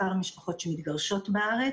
מספר המשפחות שמתגרשות בארץ.